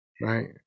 right